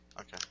Okay